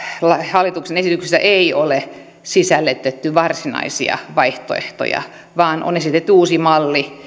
hallituksen esityksessä ei ole sisällytetty varsinaisia vaihtoehtoja vaan on esitetty uusi malli